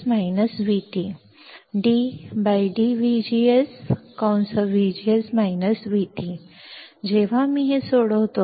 तर 2K ddVGS जेव्हा मी हे सोडवतो